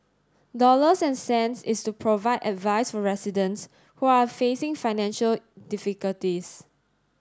dollars and cents is to provide advice for residents who are facing financial difficulties